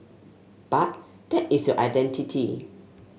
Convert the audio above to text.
but that is your identity